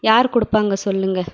யார் கொடுப்பாங்க சொல்லுங்கள்